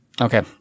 Okay